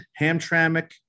Hamtramck